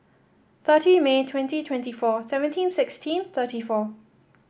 thirty May twenty twenty four seventeen sixteen thirty four